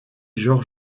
georg